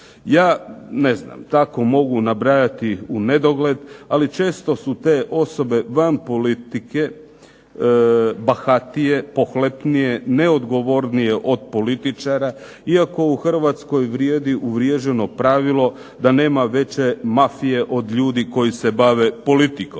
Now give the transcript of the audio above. Ja ne znam tako mogu nabrajati unedogled ali često su te osobe van politike bahatije, pohlepnije, neodgovornije od političara iako u Hrvatskoj vrijedi uvriježeno pravilo da nema veće mafije od ljudi koji se bave politikom.